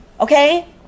Okay